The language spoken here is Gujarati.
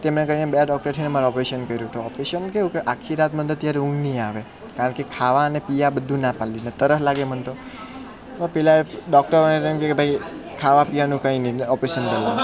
તેમણે કરીને બે ડોક્ટરે થઈને મારું ઓપરેશન કર્યું તો ઓપરેશન કેવું કે આખી રાત મને તો ત્યારે ઊંઘ નહીં આવે કારણ કે ખાવા અને પીવા બધું ના પાડેલી ને તરસ લાગે મને તો તો પેલા ડોકટર અને મને તો એમ કહે કે ભાઈ ખાવા પીવાનું કંઈ નહીં ઓપરેશન દરમ્યાન